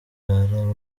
baje